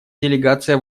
делегация